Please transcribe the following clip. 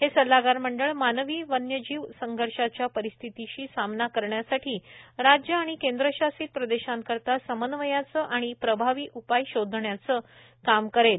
हे सल्लागार मंडळ मानवी वन्यजीव संघर्षाच्या परिस्थितीशी सामना करण्यासाठी राज्य आणि केंद्रशासित प्रदेशांकरीता समन्वयाचे आणि प्रभावी उपाय शोधण्याचे काम करेल